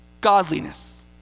godliness